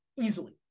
easily